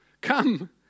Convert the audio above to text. come